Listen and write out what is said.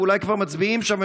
ואולי כבר מצביעים שם,